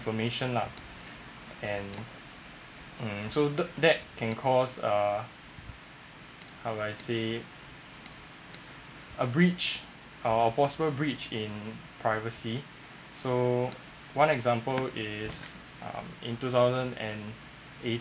information lah and um so the that can cause uh how do I say a breach a possible breach in privacy so one example is um in two thousand and eight